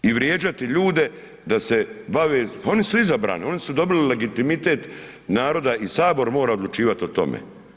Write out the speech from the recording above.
I vrijeđati ljude da se bave, pa oni su izabrani, oni su dobili legitimitet naroda i Sabor mora odlučivati o tome.